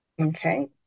Okay